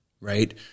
right